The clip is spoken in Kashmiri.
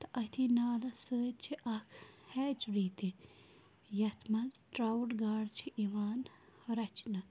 تہٕ أتھی نالَس سۭتۍ چھِ اَکھ ہیچری تہِ یَتھ منٛز ٹرٛاوُٹ گاڈٕ چھِ یِوان رَچھنہٕ